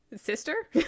Sister